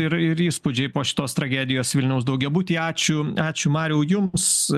ir ir įspūdžiai po šitos tragedijos vilniaus daugiabutyje ačiū ačiū mariau jums